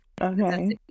Okay